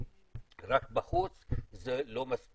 צמצמנו לאחד וחצי בין השולחנות,